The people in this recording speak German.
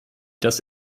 das